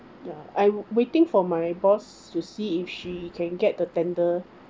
ya I'm waiting for my boss to see if she can get the tender